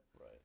Right